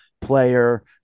player